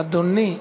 אדוני יקשיב.